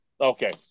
Okay